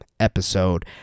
episode